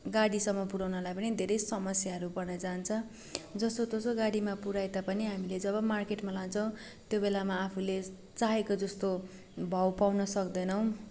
गाडीसम्म पुऱ्याउनलाई पनि धेरै समस्याहरू पर्न जान्छ जसो तसो गाडीमा पुऱ्याए तापनि हामीले जब मार्केटमा लान्छौ त्यो बेलामा आफूले चाहेको जस्तो भाउ पाउन सक्दैनौँ